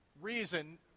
reason